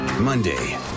Monday